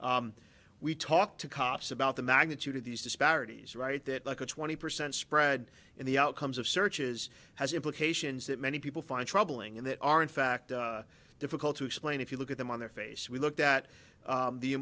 biases we talk to cops about the magnitude of these disparities right that like a twenty percent spread in the outcomes of searches has implications that many people find troubling and that are in fact difficult to explain if you look at them on their face we looked at